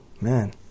man